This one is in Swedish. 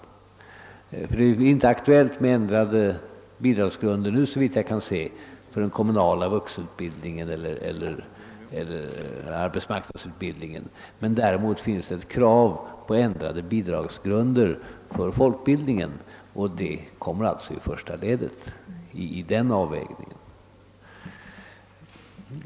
Såvitt jag kan se blir det nämligen inte nu aktuellt med ändrade bidragsgrunder för den kommunala vuxenutbildningen eller arbetsmarknadsutbildningen, men däremot finns det ett krav på ändrade bidragsgrunder för folkbildningen, och det kommer, som sagt, i första ledet vid avvägningen.